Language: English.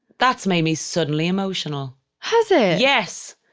that's made me suddenly emotional has it? yes.